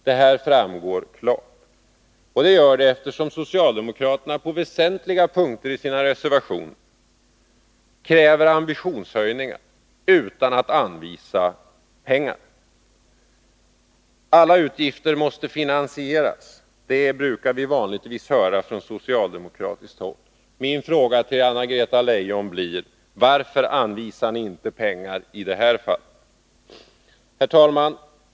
Det framgår klart, eftersom socialdemokraterna på väsentliga punkter i sina reservationer kräver ambitionshöjningar utan att anvisa pengar. ”Alla utgifter måste finansieras” — det brukar vi vanligtvis höra från socialdemokratiskt håll. Min fråga till Anna-Greta Leijon blir: Varför anvisar ni inte pengar i det här fallet? Herr talman!